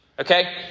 okay